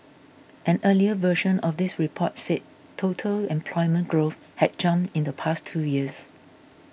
an earlier version of this report said total employment growth had jumped in the past two years